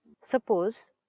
Suppose